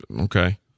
okay